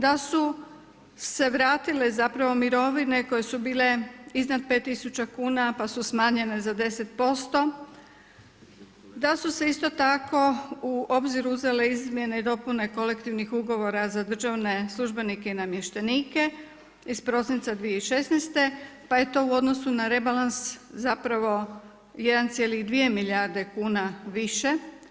Da su se vratile zapravo mirovine koje su bile iznad 5000 kuna, pa su smanjene za 10%, da su se isto tako u obzir uzele izmjene i dopune kolektivnih ugovora za državne službenike i namještenike iz prosinca 2016. pa je to u odnosu na rebalans zapravo 1,2 milijarde kuna više.